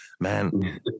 Man